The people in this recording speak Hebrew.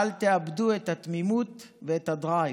אל תאבדו את התמימות ואת הדרייב.